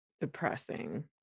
depressing